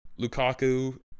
Lukaku